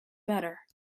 better